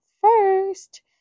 first